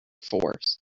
force